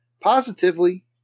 Positively